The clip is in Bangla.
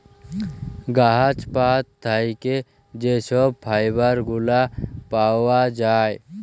গাহাচ পাত থ্যাইকে যে ছব ফাইবার গুলা পাউয়া যায়